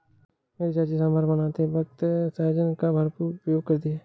मेरी चाची सांभर बनाने वक्त सहजन का भरपूर प्रयोग करती है